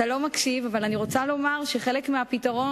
אתה לא מקשיב אבל אני רוצה לומר שחלק מהפתרון